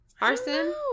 arson